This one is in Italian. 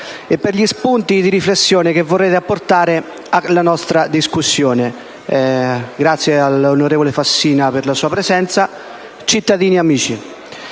e per gli spunti di riflessione che vorrete apportare alla nostra discussione. Grazie all'onorevole Fassina per la sua presenza sui banchi